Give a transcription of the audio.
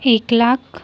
एक लाख